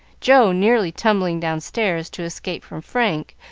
joe nearly tumbling downstairs to escape from frank,